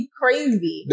crazy